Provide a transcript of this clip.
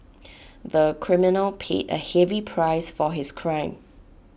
the criminal paid A heavy price for his crime